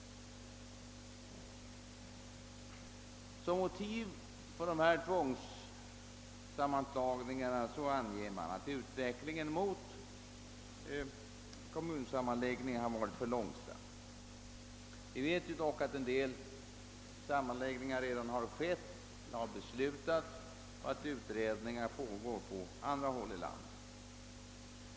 Som motiv för dessa tvångssammanslagningar anger man, att utvecklingen mot kommunsammanläggningar har varit för långsam. Vi vet dock att en del sammanläggningar redan har skett eller beslutats och att utredningar pågår på andra håll i landet.